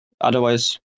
otherwise